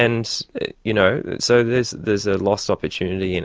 and you know so there's there's a lost opportunity, and